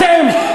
אתם,